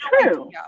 true